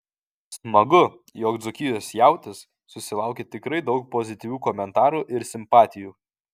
smagu jog dzūkijos jautis susilaukė tikrai daug pozityvių komentarų ir simpatijų